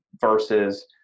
versus